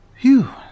Phew